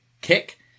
kick